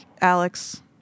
Alex